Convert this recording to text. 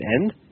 end